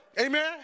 Amen